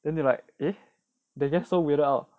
then they like eh they get so weirded out